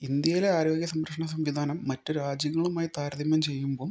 ഇന്ത്യയിലെ ആരോഗ്യ സംരക്ഷണ സംവിധാനം മറ്റു രാജ്യങ്ങളുമായി താരതമ്യം ചെയ്യുമ്പം